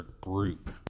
group